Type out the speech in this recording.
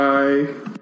Bye